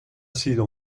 sido